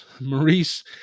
Maurice